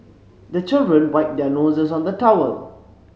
the children wipe their noses on the towel